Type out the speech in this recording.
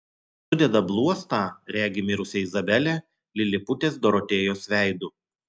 sudeda bluostą regi mirusią izabelę liliputės dorotėjos veidu